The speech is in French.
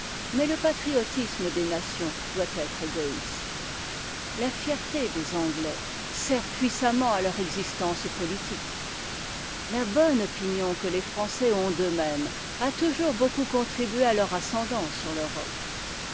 mais te patriotisme des nations doit être égo ste la certé des anglais sert puissamment à leur existence politique la bonne opinion que les français ont d'euxmêmes a toujours beaucoup contribué à leur ascendant sur l'europe